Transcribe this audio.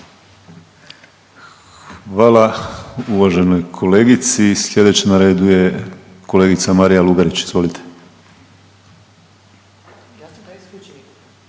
Hvala uvaženoj kolegici. Slijedeća na redu je kolegica Marija Lugarić. Izvolite.